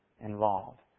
involved